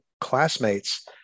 classmates